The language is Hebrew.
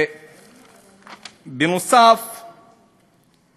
נוסף על כך,